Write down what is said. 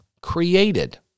created